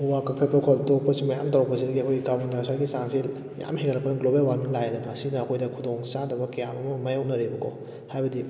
ꯎ ꯋꯥ ꯀꯛꯊꯠꯄ ꯈꯣꯠꯇꯣꯛꯄꯁꯨ ꯃꯌꯥꯝ ꯇꯧꯔꯛꯄꯁꯤꯗꯒꯤ ꯑꯩꯈꯣꯏꯒꯤ ꯀꯥꯔꯕꯣꯟ ꯗꯥꯏꯑꯣꯛꯁꯥꯏꯗꯀꯤ ꯆꯥꯡꯁꯦ ꯃꯌꯥꯝ ꯍꯦꯟꯒꯠꯂꯛꯄꯅ ꯒ꯭ꯂꯣꯕꯦꯜ ꯋꯥꯔꯃꯤꯡ ꯂꯥꯛꯑꯦꯕ ꯑꯁꯤꯅ ꯑꯩꯈꯣꯏꯗ ꯈꯨꯗꯣꯡ ꯆꯥꯗꯕ ꯀꯌꯥ ꯃꯔꯨꯝ ꯑꯃ ꯃꯥꯏꯑꯣꯛꯅꯔꯦꯕꯀꯣ ꯍꯥꯏꯕꯗꯤ